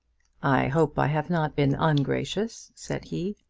i hope i have not been ungracious, said he.